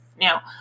Now